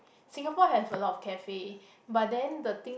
Singapore have a lot of cafe but then the thing